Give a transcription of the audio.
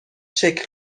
شکل